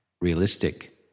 realistic